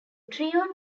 trio